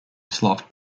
slough